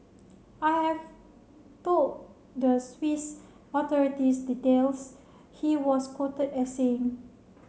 I have told the Swiss authorities details he was quoted as saying